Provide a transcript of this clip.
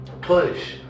Push